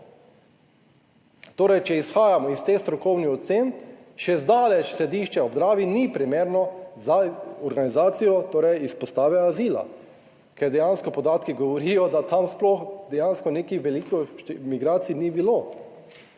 Torej, če izhajamo iz teh strokovnih ocen, še zdaleč sodišče ob Dravi ni primerno za organizacijo torej izpostave azila, ker dejansko podatki govorijo, da tam sploh dejansko nekih velikih migracij ni bilo,